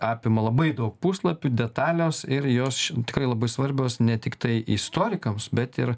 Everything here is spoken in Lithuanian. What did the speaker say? apima labai daug puslapių detalios ir jos tikrai labai svarbios ne tiktai istorikams bet ir